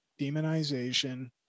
demonization